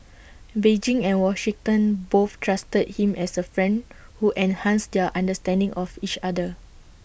Beijing and Washington both trusted him as A friend who enhanced their understanding of each other